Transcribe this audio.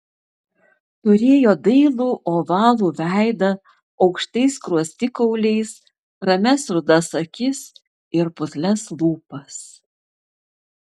turėjo dailų ovalų veidą aukštais skruostikauliais ramias rudas akis ir putlias lūpas